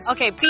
Okay